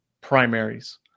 primaries